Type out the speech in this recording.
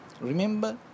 remember